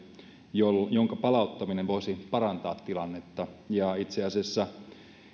jonka jonka palauttaminen voisi parantaa tilannetta ja itse asiassa